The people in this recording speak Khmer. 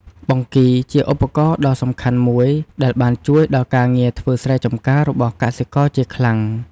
បង្គីជាឧបករណ៍ដល់សំខាន់មួយដែលបានជួយដល់ការងារធ្វើស្រែចម្ការរបស់កសិករជាខ្លាំង។